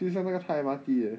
就像那个搭 M_R_T 的